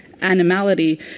Animality